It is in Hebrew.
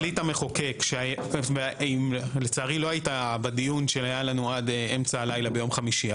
החליט המחוקק לצערי לא היית בדיון שהיה לנו עד אמצע הלילה ביום חמישי,